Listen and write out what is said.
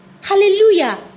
Hallelujah